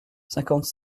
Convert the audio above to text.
cinquante